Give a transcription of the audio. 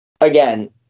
again